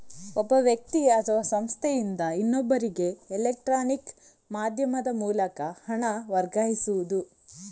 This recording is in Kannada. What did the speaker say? ಒಬ್ಬ ವ್ಯಕ್ತಿ ಅಥವಾ ಸಂಸ್ಥೆಯಿಂದ ಇನ್ನೊಬ್ಬರಿಗೆ ಎಲೆಕ್ಟ್ರಾನಿಕ್ ಮಾಧ್ಯಮದ ಮೂಲಕ ಹಣ ವರ್ಗಾಯಿಸುದು